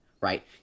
right